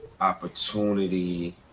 opportunity